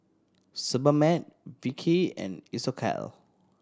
Sebamed Vichy and Isocal